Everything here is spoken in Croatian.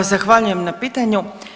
Zahvaljujem na pitanju.